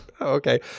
okay